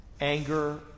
Anger